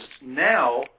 now